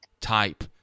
type